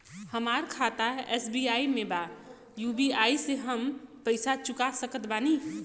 हमारा खाता एस.बी.आई में बा यू.पी.आई से हम पैसा चुका सकत बानी?